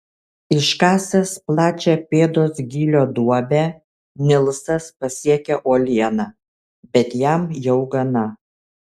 iškasęs plačią pėdos gylio duobę nilsas pasiekia uolieną bet jam jau gana